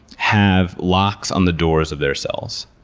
have locks on the doors of their cells.